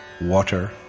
water